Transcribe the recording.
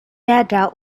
adult